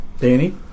Danny